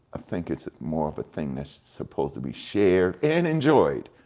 think it's more of a thing that's supposed to be shared, and enjoyed.